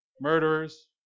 murderers